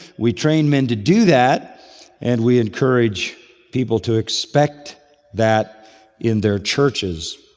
we train men to do that and we encourage people to expect that in their churches.